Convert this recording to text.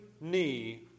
knee